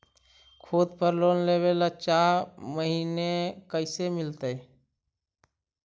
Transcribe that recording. खूत पर लोन लेबे ल चाह महिना कैसे मिलतै?